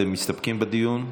אתם מסתפקים בדיון כאן?